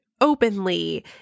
openly